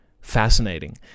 fascinating